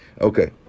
Okay